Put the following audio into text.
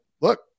look